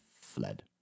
fled